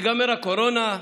תיגמר הקורונה.